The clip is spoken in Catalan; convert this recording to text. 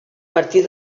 partir